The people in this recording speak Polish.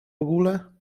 ogóle